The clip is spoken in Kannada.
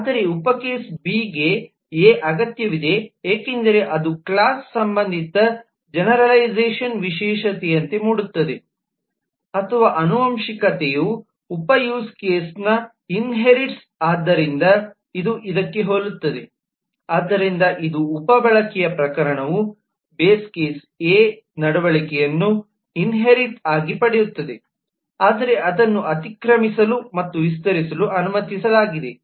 ಆದರೆ ಉಪ ಕೇಸ್ ಬಿ ಗೆ ಎ ಅಗತ್ಯವಿದೆ ಏಕೆಂದರೆ ಅದು ಕ್ಲಾಸ್ ಸಂಬಂಧಿತ ಜೆನೆರಲೈಝಷನ್ ವಿಶೇಷತೆಯಂತೆ ಮಾಡುತ್ತದೆ ಅಥವಾ ಆನುವಂಶಿಕತೆಯು ಉಪ ಯೂಸ್ ಕೇಸ್ ನ ಇನ್ಹೇರಿಟ್ಸ್ ಆದ್ದರಿಂದ ಇದು ಇದಕ್ಕೆ ಹೋಲುತ್ತದೆ ಆದ್ದರಿಂದ ಇದು ಉಪ ಬಳಕೆಯ ಪ್ರಕರಣವು ಬೇಸ್ ಕೇಸ್ ಎ ನಡವಳಿಕೆಯನ್ನು ಇನ್ಹೇರಿಟ್ ಆಗಿ ಪಡೆಯುತ್ತದೆ ಆದರೆ ಅದನ್ನು ಅತಿಕ್ರಮಿಸಲು ಮತ್ತು ವಿಸ್ತರಿಸಲು ಅನುಮತಿಸಲಾಗಿದೆ